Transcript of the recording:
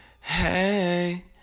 hey